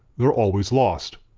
they're always lost.